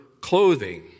clothing